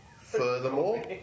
Furthermore